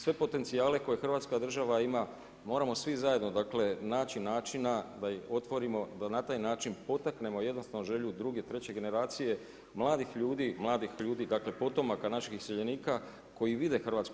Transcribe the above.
Sve potencijale koje Hrvatska država ima moramo svi zajedno dakle naći načina da ih otvorimo da na taj način potaknemo jednostavno želju druge, treće generacije, mladih ljudi, mladih ljudi, dakle potomaka naših iseljenika koji vide Hrvatsku.